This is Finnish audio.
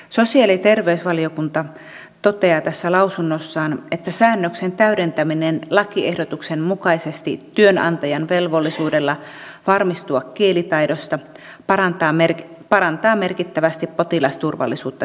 sosiaali ja terveysvaliokunta toteaa tässä lausunnossaan että säännöksen täydentäminen lakiehdotuksen mukaisesti työnantajan velvollisuudella varmistua kielitaidosta parantaa merkittävästi potilasturvallisuutta terveydenhuollossa